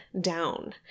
down